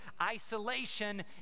isolation